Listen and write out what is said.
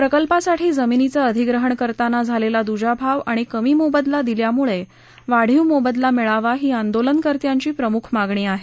प्रकल्पासाठी जमिनीचं अधिग्रहण करताना झालेला दुजाभाव आणि कमी मोबदला दिल्यामुळे वाढीव मोबदला मिळावा ही आंदोलन कर्त्याची प्रमुख मागणी आहे